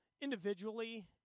individually